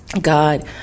God